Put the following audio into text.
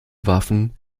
waffen